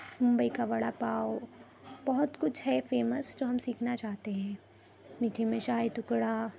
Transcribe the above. ممبئی کا وڑا پاؤ بہت کچھ ہے فیمس جو ہم سیکھنا چاہتے ہیں میٹھے میں شاہی ٹکڑا